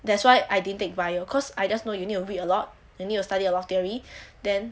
that's why I didn't take bio cause I just know you need to read you need to study a lot theory then